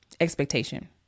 expectation